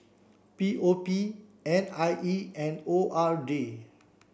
P O P N I E and O R D